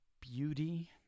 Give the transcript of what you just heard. beauty